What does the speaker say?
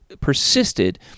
persisted